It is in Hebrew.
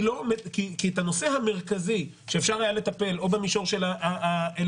כי את הנושא המרכזי שאפשר היה לטפל או במישור האלקטרוני,